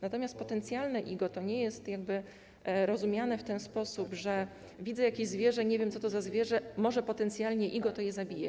Natomiast potencjalne IGO nie jest rozumiane w ten sposób, że jeśli widzę jakieś zwierzę i nie wiem, co to za zwierzę, może potencjalnie IGO, to je zabiję.